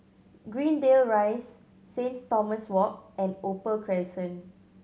Greendale Rise Saint Thomas Walk and Opal Crescent